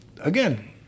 again